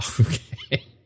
Okay